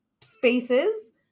spaces